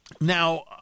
Now